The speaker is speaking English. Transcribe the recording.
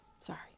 Sorry